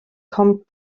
kommt